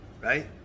right